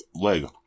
Leg